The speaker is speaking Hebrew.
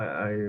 האם